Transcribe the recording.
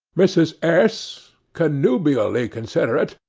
mrs. s, connubially considerate,